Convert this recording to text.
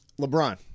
LeBron